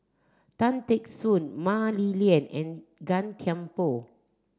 Tan Teck Soon Mah Li Lian and Gan Thiam Poh